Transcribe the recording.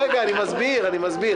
רגע, אני מסביר, אני מסביר.